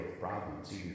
problems